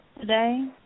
today